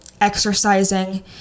exercising